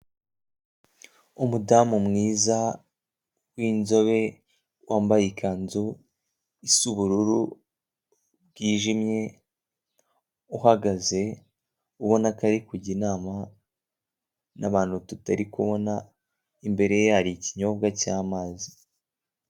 Umudamu mwiza w'inzobe wambaye ikanzu isa ubururu bwijimye uhagaze ubona ko ari kujya inama n'abantu tutari kubona imbere ye hari ikinyobwa cyamazi.